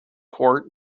court